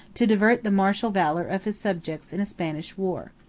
to divert the martial valor of his subjects in a spanish war.